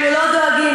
אנחנו לא דואגים.